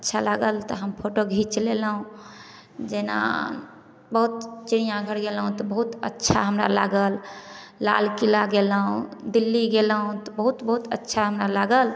अच्छा लागल तऽ हम फोटो घीच लेलहुॅं जेना बहुत चिड़ियाँ घर गेलहुॅं तऽ बहुत अच्छा हमरा लागल लाल किला गेलहुॅं दिल्ली गेलहुॅं तऽ बहुत बहुत अच्छा हमरा लागल